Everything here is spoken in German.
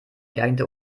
geeignete